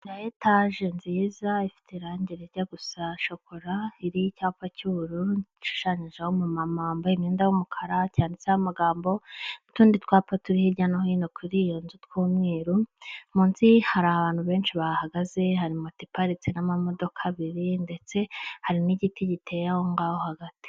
Inzu ya etaje nziza ifite irange rijya gusa shokora ririho icyapa cy'ubururu hashushanyijeho umumama wamabaye umwenda w'umukara, cyanditseho amagabo n'utundi twapa turi hirya no hino kuri iyo nzu tw'umweru, munsi hari abantu benshi bahahagaze hari moto ipatitse n'amamodoka abiri ndetse hari n'igiti giteye ahongaho hagati.